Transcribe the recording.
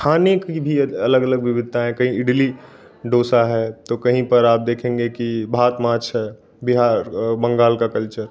खाने कि भी अलग अलग विविधताएँ कहीं इडली डोसा है तो कहीं आप देखेंगे कि भात माछ है बिहार बंगाल का कल्चर